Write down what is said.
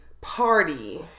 party